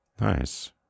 Nice